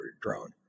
drone